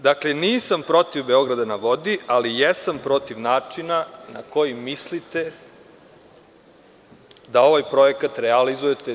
Dakle, nisam protiv „Beograda na vodi“, ali jesam protiv načina na koji mislite da ovaj projekat realizujete.